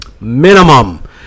Minimum